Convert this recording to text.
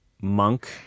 monk